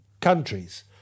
countries